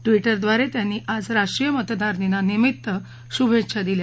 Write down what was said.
ट्वीटद्वारे त्यांनी आज राष्ट्रीय मतदार दिनानिमित्त शुभेच्छा दिल्या